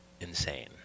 insane